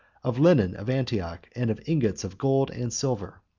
of linen of antioch, and of ingots of gold and silver.